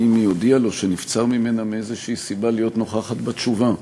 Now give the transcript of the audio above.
האם היא הודיעה לו שנבצר ממנה מאיזושהי סיבה להיות נוכחת בתשובה?